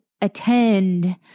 attend